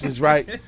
right